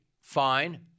fine